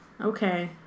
Okay